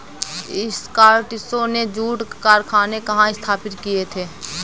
स्कॉटिशों ने जूट कारखाने कहाँ स्थापित किए थे?